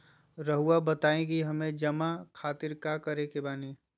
रहुआ बताइं कि हमें जमा खातिर का करे के बानी?